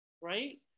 Right